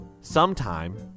sometime